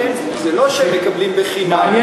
זה לא שהם מקבלים בחינם,